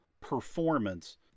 performance